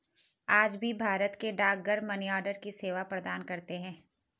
आज भी भारत के डाकघर मनीआर्डर की सेवा प्रदान करते है